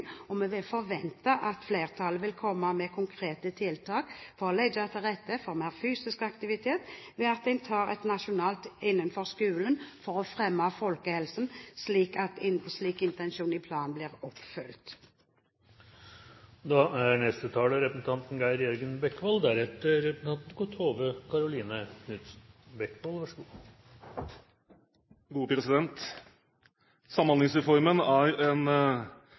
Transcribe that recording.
skolen. Fremskrittspartiet vil komme med tiltak i forbindelse med meldingen, og vi forventer at flertallet vil komme med konkrete tiltak for å legge til rette for mer fysisk aktivitet, ved at en tar et nasjonalt løft innenfor skolen for å fremme folkehelsen, slik at intensjonene i planen blir oppfylt. Samhandlingsreformen er en